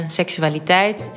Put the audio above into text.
seksualiteit